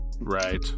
right